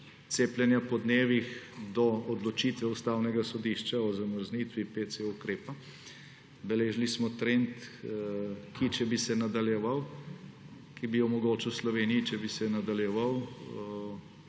cepljenja po dnevih do odločitve Ustavnega sodišča o zamrznitvi ukrepa PC. Beležili smo trend, če bi se nadaljeval, bi omogočil Sloveniji, če te odločitve